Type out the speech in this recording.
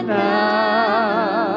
now